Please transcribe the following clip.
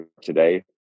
today